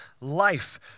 life